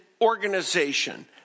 organization